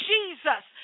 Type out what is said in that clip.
Jesus